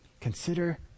Consider